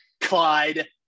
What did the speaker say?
Clyde